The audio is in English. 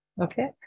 okay